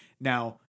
Now